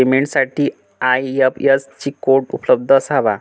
पेमेंटसाठी IFSC code उपलब्ध असावा